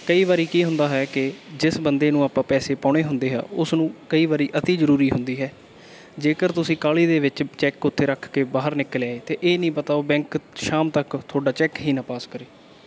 ਕਈ ਵਾਰੀ ਕੀ ਹੁੰਦਾ ਹੈ ਕਿ ਜਿਸ ਬੰਦੇ ਨੂੰ ਆਪਾਂ ਪੈਸੇ ਪਾਉਣੇ ਹੁੰਦੇ ਹੈ ਉਸ ਨੂੰ ਕਈ ਵਾਰੀ ਅਤਿ ਜ਼ਰੂਰੀ ਹੁੰਦੀ ਹੈ ਜੇਕਰ ਤੁਸੀਂ ਕਾਹਲੀ ਦੇ ਵਿੱਚ ਚੈੱਕ ਉੱਥੇ ਰੱਖ ਕੇ ਬਾਹਰ ਨਿਕਲ ਆਏ ਤਾਂ ਇਹ ਨਹੀਂ ਪਤਾ ਉਹ ਬੈਂਕ ਸ਼ਾਮ ਤੱਕ ਤੁਹਾਡਾ ਚੈੱਕ ਹੀ ਨਾ ਪਾਸ ਕਰੇ